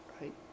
right